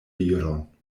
viron